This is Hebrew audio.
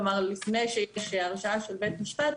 כלומר לפני שיש הרשעה של בית משפט,